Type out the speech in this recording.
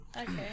Okay